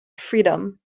freedom